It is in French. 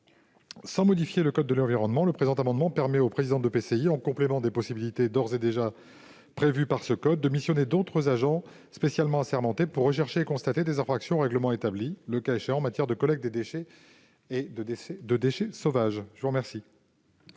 Sans modifier le code de l'environnement, le présent amendement vise à permettre au président de l'intercommunalité, en complément des possibilités d'ores et déjà prévues par ce code, de missionner d'autres agents spécialement assermentés pour rechercher et constater les infractions aux règlements établis, le cas échéant, en matière de collecte des déchets et de gestion des déchets sauvages. La parole